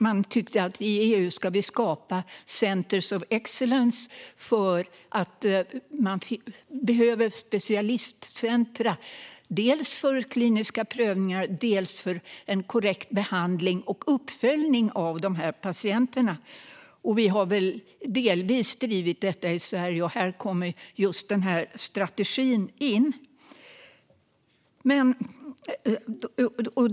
Man tyckte att EU skulle skapa Centers of Excellence, för det behövs specialistcentrum, dels för kliniska prövningar, dels för en korrekt behandling och uppföljning av de här patienterna. Vi har delvis drivit detta i Sverige, och här kommer just den här strategin in.